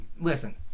Listen